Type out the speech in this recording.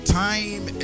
time